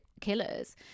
killers